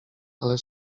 ale